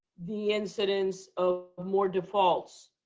the incidence of more defaults,